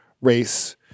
race